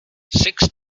six